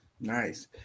Nice